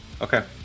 Okay